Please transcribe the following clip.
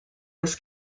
was